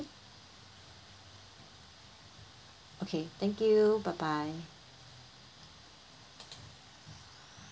okay thank you bye bye